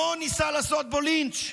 המון ניסה לעשות בו לינץ',